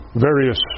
various